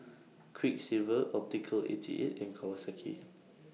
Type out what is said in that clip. Quiksilver Optical eighty eight and Kawasaki